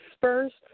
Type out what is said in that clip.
first